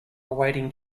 awaiting